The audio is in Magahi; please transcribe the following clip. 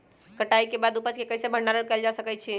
कटाई के बाद उपज के कईसे भंडारण कएल जा सकई छी?